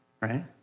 Right